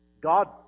God